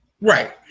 Right